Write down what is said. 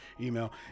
email